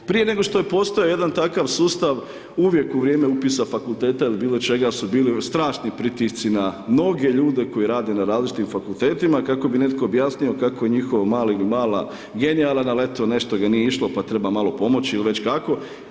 Prije nego što je postojao jedan takav sustav uvijek u vrijeme upisa fakulteta ili bilo čega su bili strašni pritisci na mnoge ljude koji rade na različitim fakultetima kako bi netko objasnio kako je njihov mali ili mala genijalan ali eto, nešto ga nije išlo pa treba malo pomoći ili već kako.